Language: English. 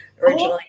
originally